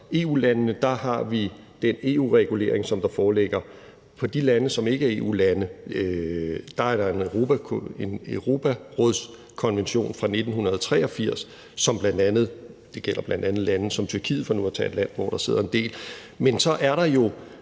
EU-landene har vi den EU-regulering, som der foreligger. For de lande, som ikke er EU-lande, er der en Europarådskonvention fra 1983, og den gælder bl.a. for lande som Tyrkiet for nu at tage et land, hvor der sidder en del. Men så er der jo